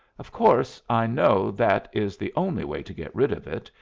of course, i know that is the only way to get rid of it,